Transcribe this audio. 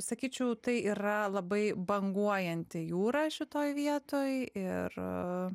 sakyčiau tai yra labai banguojanti jūra šitoj vietoj ir